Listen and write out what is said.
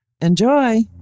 Enjoy